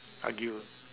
argue